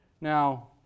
Now